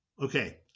Okay